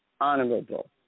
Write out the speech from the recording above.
honorable